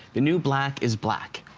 the new black is black.